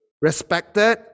respected